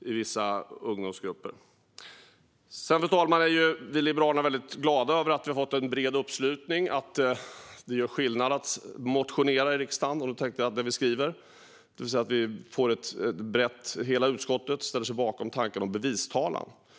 vissa ungdomsgrupper. Vi liberaler är mycket glada över att vi har fått en bred uppslutning och att det gör skillnad att motionera i riksdagen. Jag tänker på att hela utskottet ställer sig bakom tanken om bevistalan.